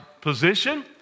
position